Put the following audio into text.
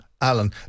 alan